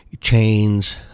chains